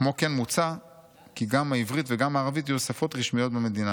כמו כן מוצע כי גם העברית וגם הערבית יהיו שפות רשמיות במדינה".